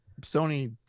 Sony